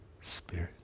Spirit